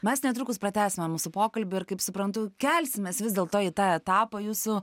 mes netrukus pratęsime mūsų pokalbį ir kaip suprantu kelsimės vis dėl to į tą etapą jūsų